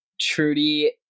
Trudy